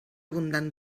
abundant